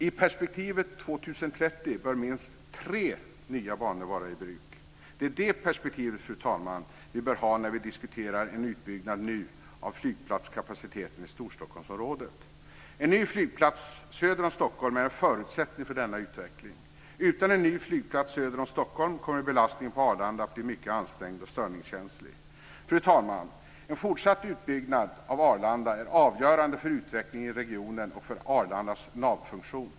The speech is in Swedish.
I perspektivet år 2030 bör minst tre nya banor vara i bruk. Det är det perspektivet, fru talman, som vi bör ha när vi nu diskuterar en utbyggnad av flygplatskapaciteten i Storstockholmsområdet. En ny flygplats söder om Stockholm är en förutsättning för denna utveckling. Utan en ny flygplats söder om Stockholm kommer belastningssituationen på Arlanda att bli mycket ansträngd och störningskänslig. Fru talman! En fortsatt utbyggnad av Arlanda är avgörande för utvecklingen i regionen och för Arlandas navfunktion.